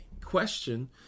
question